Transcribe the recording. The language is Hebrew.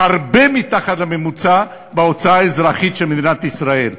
והרבה מתחת לממוצע בהוצאה האזרחית של מדינת ישראל,